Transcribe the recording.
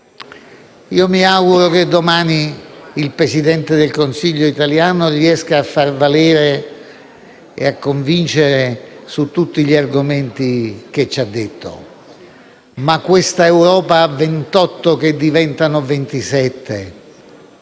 Mi auguro che domani il Presidente del Consiglio italiano riesca a farsi valere e a convincere su tutti gli argomenti che ci ha detto; ma questa Europa a 28 - che diventano 27